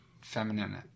feminine